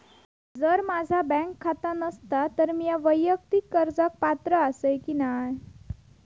जर माझा बँक खाता नसात तर मीया वैयक्तिक कर्जाक पात्र आसय की नाय?